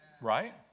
Right